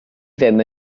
ddim